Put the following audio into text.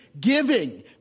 giving